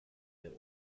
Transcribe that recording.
der